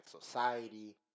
society